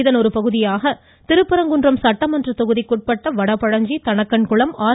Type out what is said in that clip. இதன் ஒருபகுதியாக திருப்பரங்குன்றம் சட்டமன்ற தொகுதிக்குட்பட்ட வடபழஞ்சி தணக்கன்குளம் ஆர்